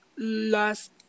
last